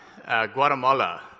guatemala